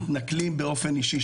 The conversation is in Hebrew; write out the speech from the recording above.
מתנכלים באופן אישי.